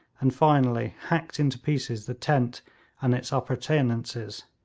and finally hacked into pieces the tent and its appurtenances.